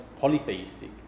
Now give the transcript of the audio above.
polytheistic